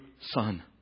son